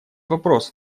вопрос